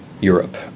Europe